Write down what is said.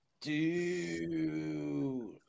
dude